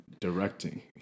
directing